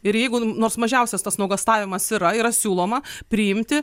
ir jeigu nors mažiausias tas nuogąstavimas yra yra siūloma priimti